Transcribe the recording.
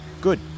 Good